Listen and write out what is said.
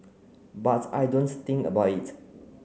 but I don't think about it